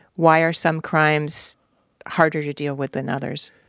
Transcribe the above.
why are some crimes harder to deal with than others?